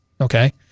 Okay